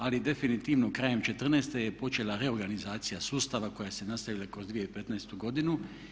Ali definitivno, krajem 2014. je počela reorganizacija sustava koja se nastavila kroz 2015. godinu.